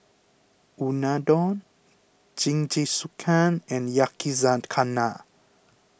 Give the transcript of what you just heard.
Unadon Jingisukan and Yakizakana